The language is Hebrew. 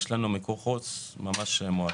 יש לנו מיקור חוץ ממש מועט.